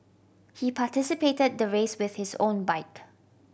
he participated the race with his own bike